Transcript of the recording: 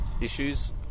issues